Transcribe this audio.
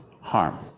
harm